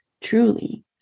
Truly